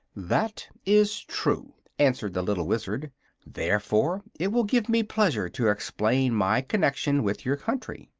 that is true, answered the little wizard therefore it will give me pleasure to explain my connection with your country.